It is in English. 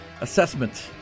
assessment